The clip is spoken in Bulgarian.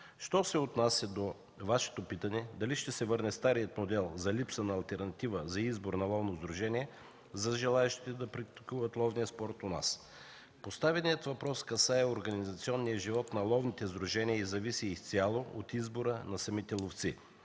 Що се отнася до Вашето питане – дали ще се върне старият модел за липса на алтернатива за избор на ловно сдружение за желаещите да практикуват ловния спорт у нас, поставеният въпрос от Вас касае организационния живот на ловните сдружения и зависи изцяло от избора на самите ловци.